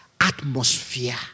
atmosphere